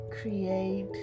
create